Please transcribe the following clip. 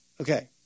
Okay